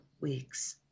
weeks